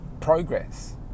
progress